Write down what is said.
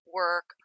work